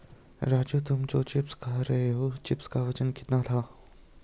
राजू तुम जो चिप्स खा रहे थे चिप्स का वजन कितना था?